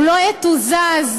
הדגל.